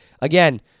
again